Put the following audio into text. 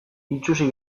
itsusi